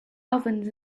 ovens